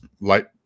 light